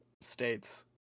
states